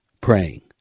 praying